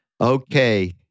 okay